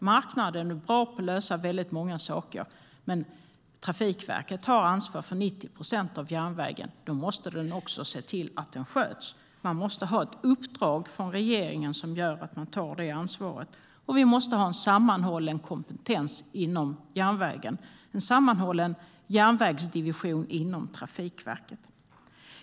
Marknaden är bra på att lösa väldigt många saker, men Trafikverket har ansvar för 90 procent av järnvägen, och då måste verket också se till att den sköts. Man måste ha ett uppdrag från regeringen som gör att man tar det ansvaret. Vi måste ha en sammanhållen kompetens inom järnvägen, en sammanhållen järnvägsdivision inom Trafikverket.